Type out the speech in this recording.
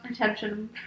attention